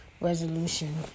resolution